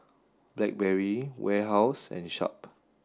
Blackberry Warehouse and Sharp